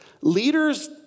Leaders